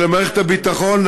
ולמערכת הביטחון,